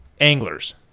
anglers